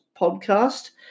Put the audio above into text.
podcast